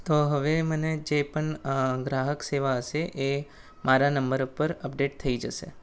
તો હવે મને જે પણ ગ્રાહક સેવા હશે એ મારા નંબર ઉપર અપડેટ થઈ જશે